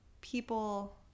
people